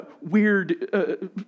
weird